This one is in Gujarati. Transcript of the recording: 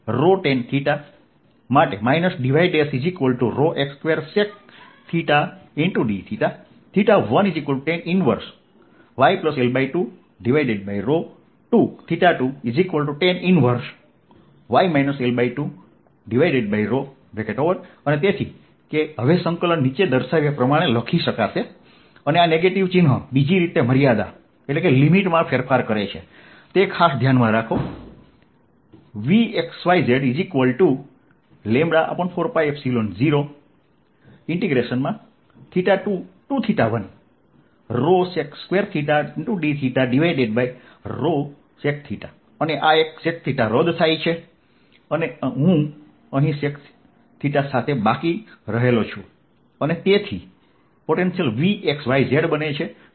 તે માટે y yρ tanθ ∴ dy ρx2secθ dθ 1tan 1yL2to 2tan 1y L2 તેથી કે હવે સંકલન નીચે દર્શાવ્યા પ્રમાણે લખી શકાય છે આ નેગેટીવ ચિન્હ બીજી રીતે મર્યાદા માં ફેરફાર કરે છે તે ખાસ ધ્યાનમાં રાખો Vxyz4π021 sec2θdθ sec અને આ એક sec રદ થાય છે અને હું અહીં sec સાથે બાકી રહેલ છું